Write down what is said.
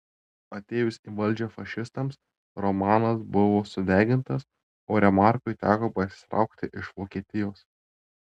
atėjus į valdžią fašistams romanas buvo sudegintas o remarkui teko pasitraukti iš vokietijos